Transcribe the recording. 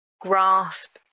grasp